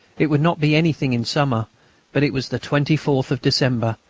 it would not be anything in summer but it was the twenty fourth of december,